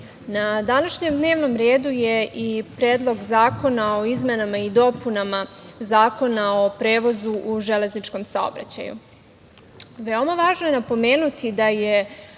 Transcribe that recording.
na današnjem dnevnom redu je i Predlog zakona o izmenama i dopunama Zakona o prevozu u železničkom saobraćaju.